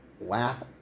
laugh